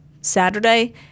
Saturday